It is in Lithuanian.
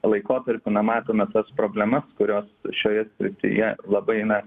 laikotarpiu na matome tas problemas kurios šioje srityje labai na